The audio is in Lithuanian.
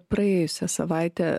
praėjusią savaitę